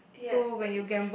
yes that is true